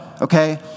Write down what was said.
Okay